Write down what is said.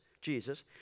Jesus